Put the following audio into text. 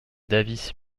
davis